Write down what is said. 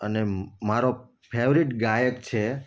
અને મારો ફેવરિટ ગાયક છે